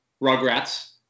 Rugrats